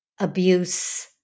abuse